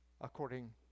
according